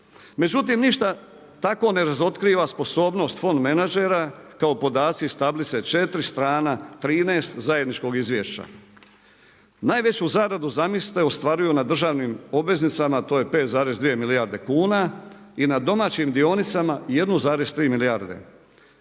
Međutim, ništa tako ne razotkriva sposobnost fond menadžera kao podaci iz tablice 4, strana 13 zajedničkog izvješća. Najveću zaradu zamislite ostvaruju na državnim obveznicama a to je 5,2 milijarde kuna i na domaćim dionicama 1,3 milijarde.